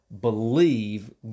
believe